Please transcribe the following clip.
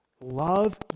love